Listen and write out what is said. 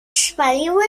spaliły